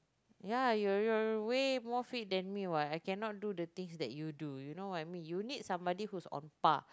ya your your your way more fit than me what I cannot do the things that you do you know what I mean you need somebody who is on part